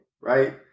right